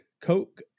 Coke